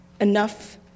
enough